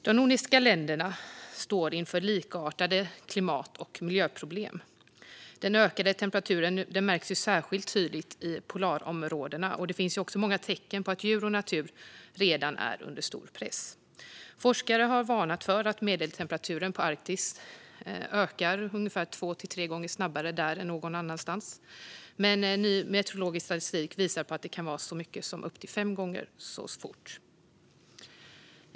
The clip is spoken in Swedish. De nordiska länderna står inför likartade klimat och miljöproblem. Den ökande temperaturen märks särskilt tydligt i polarområdena, och det finns också många tecken på att djur och natur redan är under stor press. Forskare har varnat för att medeltemperaturen vid Arktis ökar ungefär två till tre gånger snabbare där än någon annanstans, men ny meteorologisk statistik visar på att det kan vara så mycket som upp till fem gånger så snabbt.